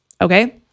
Okay